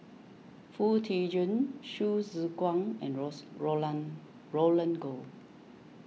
Foo Tee Jun Hsu Tse Kwang and rose Roland Goh